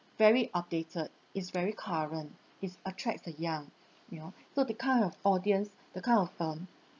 very updated it's very current it attracts the young you know so the kind of audience the kind of um